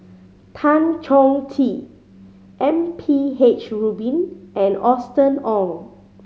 Tan Chong Tee M P H Rubin and Austen Ong